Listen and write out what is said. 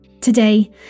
Today